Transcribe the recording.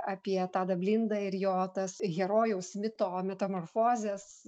apie tadą blindą ir jo tas herojaus mito metamorfozes